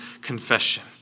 confession